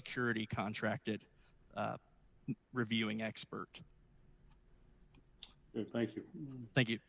security contracted reviewing expert thank you